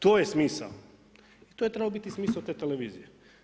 To je smisao i to je trebao biti smisao te televizije.